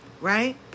right